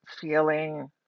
feeling